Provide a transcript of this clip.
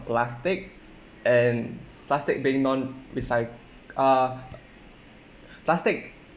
plastic and plastic being non-recy~ uh plastic